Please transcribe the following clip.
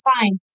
fine